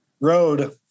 road